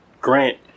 Grant